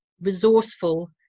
resourceful